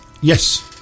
Yes